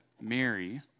Mary